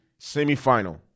semifinal